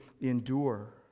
endure